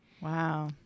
Wow